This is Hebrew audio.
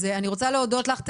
אז אני רוצה להודות לך תאיר.